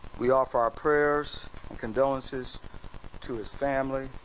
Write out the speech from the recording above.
we offer our prayers and condolences to his family,